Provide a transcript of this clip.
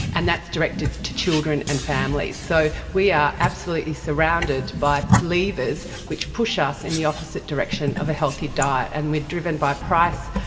and that's directed to children and families. so we are absolutely surrounded by levers which push us in the opposite direction of a healthy diet, and we are driven by price,